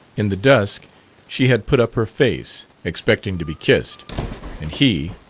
in the dusk she had put up her face, expecting to be kissed and he,